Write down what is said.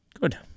Good